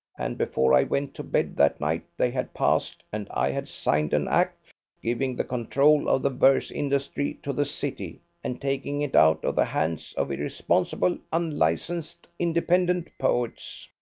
and before i went to bed that night they had passed and i had signed an act giving the control of the verse industry to the city and taking it out of the hands of irresponsible, unlicensed independent poets.